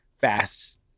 fast